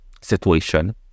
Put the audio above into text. situation